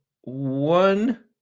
one